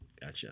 Gotcha